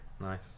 nice